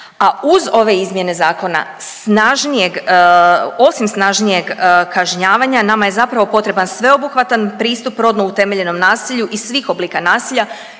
a uz ove izmjene zakona snažnijeg, osim snažnijeg kažnjavanja nama je zapravo potreban sveobuhvatan pristup rodno utemeljenom nasilju i svih oblika nasilja,